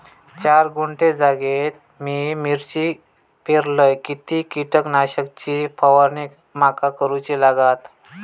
चार गुंठे जागेत मी मिरची पेरलय किती कीटक नाशक ची फवारणी माका करूची लागात?